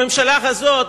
הממשלה הזאת,